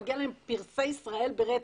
מגיע להם פרסי ישראל ברצף.